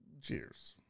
Cheers